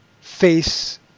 face